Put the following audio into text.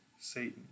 Satan